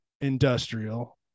industrial